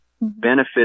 benefit